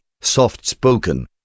soft-spoken